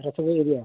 ᱡᱚᱛᱚ ᱜᱤᱧ ᱤᱫᱤᱭᱟ